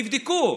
תבדקו.